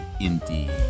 indeed